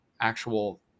actual